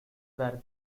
were